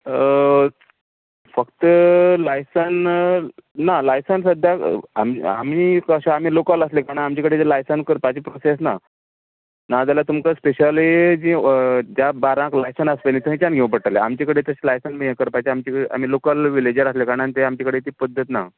फक्त लायसन ना लायसन सद्याक आमी कशें आसा आमी लोकल आसले कारणान आमचे कडेन ते लायसन करपाचे प्रोसेस ना ना जाल्यार तुमका स्पॅशली जी ज्या बार्रांक लायसन आसा पळय नी थंयच्यान घेवचे पडटलें आमचे कडेन तशें लायसन बी हे करपाचें आमचे कडेन आमी लॉकल विलेजर आसले कारणान ते आमचे कडेन ती पध्दत ना